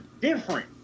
different